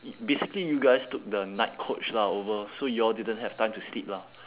basically you guys took the night coach lah over so y'all didn't have time to sleep lah